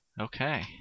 Okay